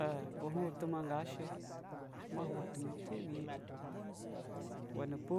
An, bu hwn bɛ itɛmɛ nga shɛ ma hwn itimɛ tabiyɛ i wɛ nɛ po